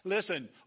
Listen